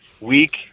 week